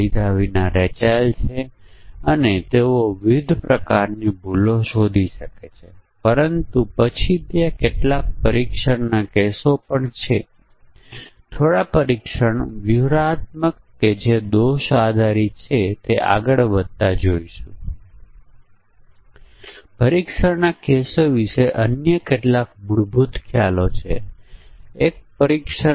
ઉદાહરણ તરીકે આપણે કહી શકીએ કે આપણી પાસે એવી પરિસ્થિતિ છે કે જ્યારે શરતોની સંખ્યા ઇનપુટ શરતો 50 છે અને દરેક સાચું અથવા ખોટું એમ ઈન્પુટ લે છે અથવા બહુવિધ મૂલ્યો લે તેવા પણ હોઈ શકે છે